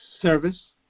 service